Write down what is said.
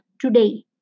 today